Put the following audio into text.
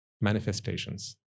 manifestations